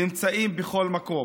נמצאים בכל מקום.